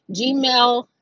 gmail